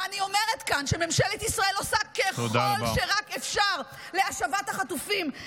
ואני אומרת כאן שממשלת ישראל עושה ככל שרק אפשר להשבת החטופים.